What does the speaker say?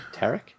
Tarek